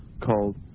called